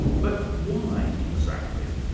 but why, exactly?